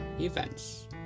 events